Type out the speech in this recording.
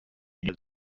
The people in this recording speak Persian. دیگه